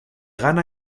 ghana